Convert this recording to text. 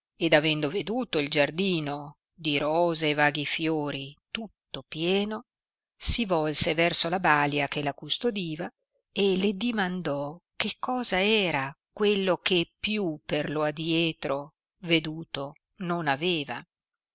ed avendo veduto il giardino di rose e vaghi fiori tutto pieno si volse verso la balia che la custodiva e le dimandò che cosa era quello che più per lo adietro veduto non aveva